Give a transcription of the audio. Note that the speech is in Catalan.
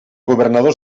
governador